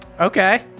Okay